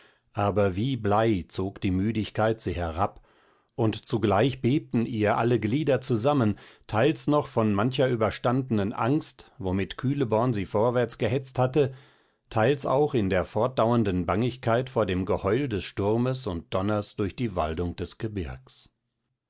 aber wie blei zog die müdigkeit sie herab und zugleich bebten ihr alle glieder zusammen teils noch von mancher überstandnen angst womit kühleborn sie vorwärtsgehetzt hatte teils auch in der fortdauernden bangigkeit vor dem geheul des sturmes und donners durch die waldung des gebirgs